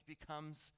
becomes